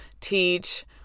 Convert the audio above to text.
teach